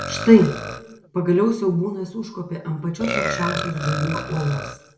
štai pagaliau siaubūnas užkopė ant pačios aukščiausios gūbrio uolos